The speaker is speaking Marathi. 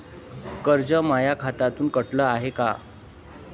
कर्ज माया खात्यामंधून कटलं हाय का?